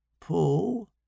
pull